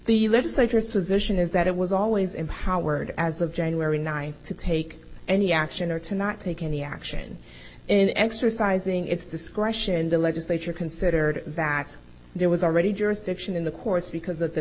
the legislators position is that it was always empowered as of january ninth to take any action or to not take any action in exercising its discretion the legislature considered vacs there was already jurisdiction in the courts because of the